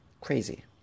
Crazy